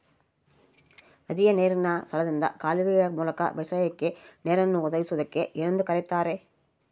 ನದಿಯ ನೇರಿನ ಸ್ಥಳದಿಂದ ಕಾಲುವೆಯ ಮೂಲಕ ಬೇಸಾಯಕ್ಕೆ ನೇರನ್ನು ಒದಗಿಸುವುದಕ್ಕೆ ಏನೆಂದು ಕರೆಯುತ್ತಾರೆ?